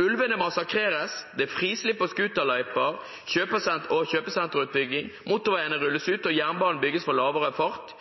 Ulvene massakreres, det er frislipp på scooterløyper og kjøpesenterutbygging, motorveiene rulles ut, og jernbanen bygges for lavere fart.